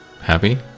happy